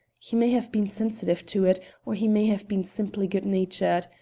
he may have been sensitive to it or he may have been simply good-natured.